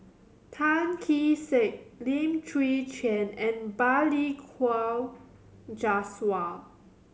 Tan Kee Sek Lim Chwee Chian and Balli Kaur Jaswal